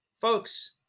Folks